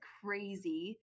crazy